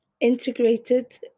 integrated